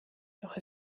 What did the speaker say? doch